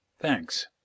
thanks